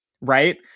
right